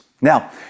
Now